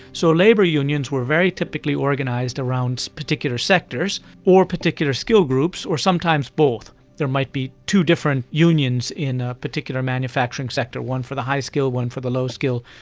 so labour unions were very typically organised around particular sectors or particular skill groups or sometimes both. there might be two different unions in a particular manufacturing sector, one for the high skill, one for the low skill,